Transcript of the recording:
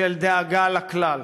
של דאגה לכלל,